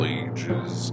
ages